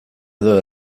edo